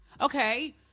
Okay